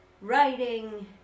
writing